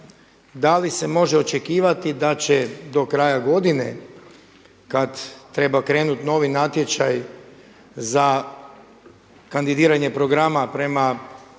Da li se može očekivati da će do kraja godine kada treba krenuti novi natječaj za kandidiranje programa prema